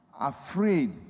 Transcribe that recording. afraid